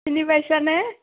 চিনি পাইছা নে